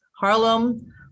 Harlem